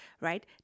right